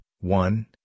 one